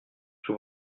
sous